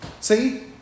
See